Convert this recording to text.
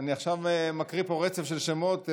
אני עכשיו מקריא פה רצף של שמות,